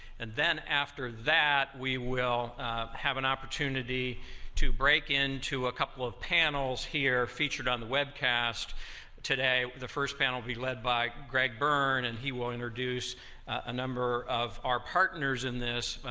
and then after that, we will have an opportunity to break into a couple of panels here, featured on the webcast today, the first panel will be led by greg birne, and he will introduce a number of our partners in this,